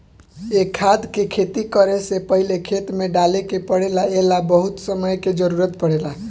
ए खाद के खेती करे से पहिले खेत में डाले के पड़ेला ए ला बहुत समय के जरूरत पड़ेला